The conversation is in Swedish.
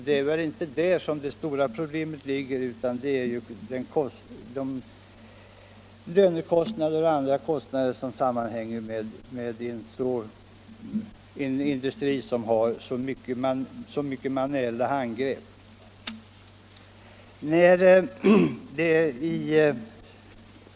Det är inte där det stora problemet ligger, utan i de lönekostnader och andra kostnader som sammanhänger med en industri som har så många manuella moment som denna.